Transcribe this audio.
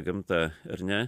gamta ar ne